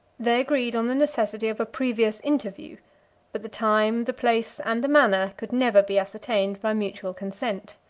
they agreed on the necessity of a previous interview but the time, the place, and the manner, could never be ascertained by mutual consent.